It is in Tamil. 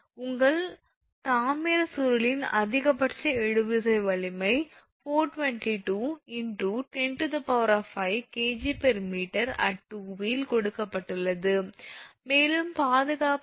உங்கள் தாமிரச் சுருளின் அதிகபட்ச இழுவிசை வலிமை 422 × 105𝐾𝑔𝑚 at 2 இல் கொடுக்கப்பட்டுள்ளது மேலும் பாதுகாப்பு காரணி 2